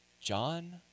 John